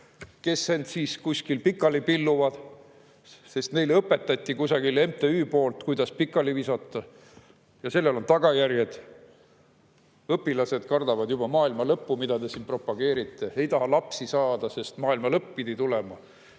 kes end kuskil pikali pilluvad, sest neile kusagil MTÜ õpetas, kuidas pikali visata. Ja sellel on tagajärjed. Õpilased kardavad juba maailmalõppu, mida te siin propageerite, ei taha lapsi saada, sest maailmalõpp pidi tulema.